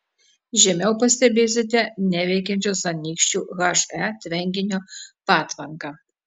žemiau pastebėsite neveikiančios anykščių he tvenkinio patvanką